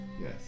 Yes